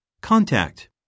Contact